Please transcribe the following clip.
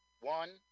one